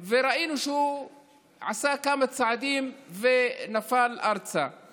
ראש הממשלה מדבר לפני שעה קלה על חודש סגר עם פתיחה חלקית של מערכת